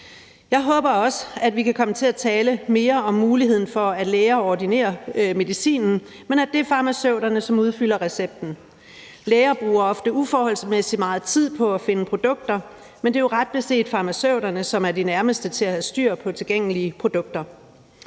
Jeg håber også, at vi kan komme til at tale mere om muligheden for, at det er farmaceuterne, som udfylder recepten, selv om det er læger, der ordinerer medicinen. Læger bruger ofte uforholdsmæssig meget tid på at finde produkter, men det er jo ret beset farmaceuterne, som er de nærmeste i forhold til at have styr på tilgængelige produkter.